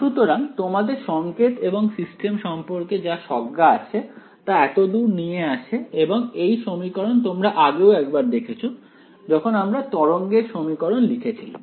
সুতরাং তোমাদের সংকেত এবং সিস্টেম সম্পর্কে যা স্বজ্ঞা আছে তা এতদূর নিয়ে আসে এবং এই সমীকরণ তোমরা আগেও একবার দেখেছো যখন আমরা তরঙ্গের সমীকরণ লিখেছিলাম